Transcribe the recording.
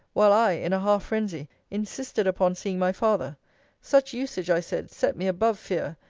while i, in a half phrensy, insisted upon seeing my father such usage, i said, set me above fear.